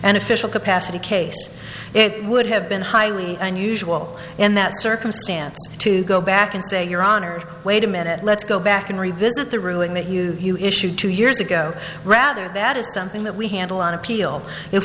an official capacity case it would have been highly unusual in that circumstance to go back and say your honor wait a minute let's go back and revisit the ruling that you you issued two years ago rather that is something that we handle on appeal if